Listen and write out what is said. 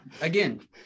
again